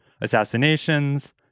assassinations